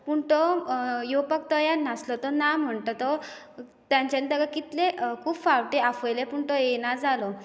पूण तो येवपाक तयार नासलो तो ना म्हणटा तो तेंच्यानी तेका कितले खूब फावटीं आफयलें पूण तो येना जालो